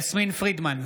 יסמין פרידמן,